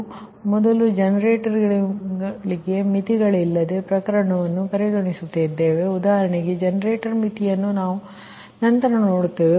ಆದ್ದರಿಂದ ನಾವು ಮೊದಲು ಜನರೇಟರ್ ಮಿತಿಗಳಿಲ್ಲದೆ ಪ್ರಕರಣವನ್ನು ಪರಿಗಣಿಸುತ್ತೇವೆ ಉದಾಹರಣೆಗೆ ಜನರೇಟರ್ ಮಿತಿಯನ್ನು ನಾವು ನಂತರ ನೋಡುತ್ತೇವೆ